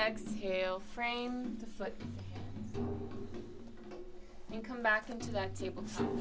exhale frame and come back into that table